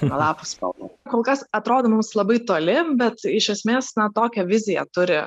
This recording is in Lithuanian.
lapų spalvą kol kas atrodo mums labai toli bet iš esmės na tokią viziją turi